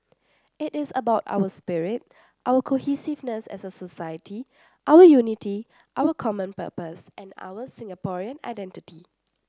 it is about our spirit our cohesiveness as a society our unity our common purpose and our Singaporean identity